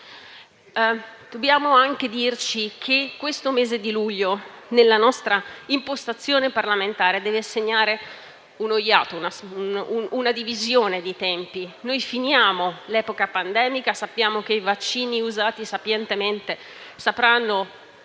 dobbiamo rispettarlo. Il mese di luglio nella nostra impostazione parlamentare deve segnare uno iato, una divisione di tempi. Finiamo l'epoca pandemica; sappiamo che i vaccini usati sapientemente sapranno